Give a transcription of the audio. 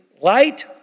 light